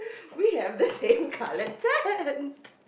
we have the same colored tent